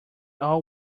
all